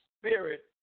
spirit